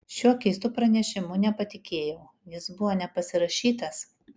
šiuo keistu pranešimu nepatikėjau jis buvo nepasirašytas